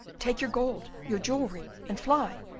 take your gold, your jewelry, and fly,